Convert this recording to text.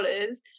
dollars